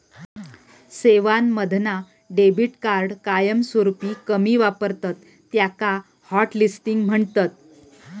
सेवांमधना debit card कायमस्वरूपी कमी वापरतत त्याका हॉटलिस्टिंग म्हणतत